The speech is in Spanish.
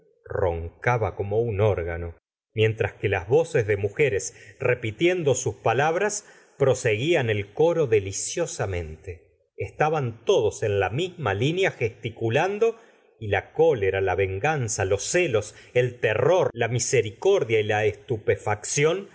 roncaba como un órgano mientras que las voces de mujeres repitiendo sus palabras proseguían el coro deliciosamente estaban todos en la misma línea gesticulando y la cólera la venganza los eelos el terror la misericordia y la